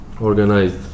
organized